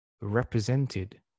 represented